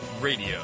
Radio